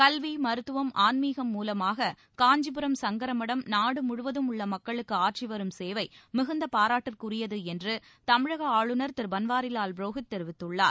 கல்வி மருத்துவம் ஆன்மீகம் மூலமாக காஞ்சிபுரம் சங்கரமடம் நாடு முழுவதும் உள்ள மக்களுக்கு ஆற்றி வரும் சேவை மிகுந்த பாராட்டுக்குரியது என்று தமிழக ஆளுநர் திரு பன்வாரிலால் புரோஹித் தெரிவித்துள்ளார்